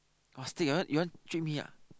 or steak you want you want treat me ah